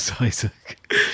Isaac